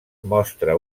mostra